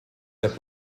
der